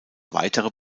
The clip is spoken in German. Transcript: weitere